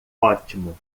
ótimo